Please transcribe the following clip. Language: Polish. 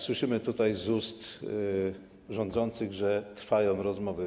Słyszymy z ust rządzących, że trwają rozmowy.